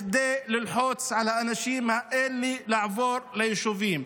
בכדי ללחוץ על האנשים האלה לעבור ליישובים.